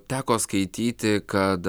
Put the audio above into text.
teko skaityti kad